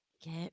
get